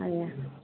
ଆଜ୍ଞା